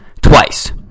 twice